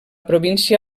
província